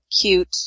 cute